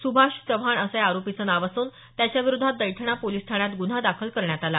सुभाष चव्हाण असं या आरोपीचं नाव असून त्याच्याविरोधात दैठणा पोलिस ठाण्यात ग्रन्हा दाखल करण्यात आला